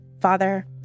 father